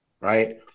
right